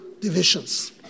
divisions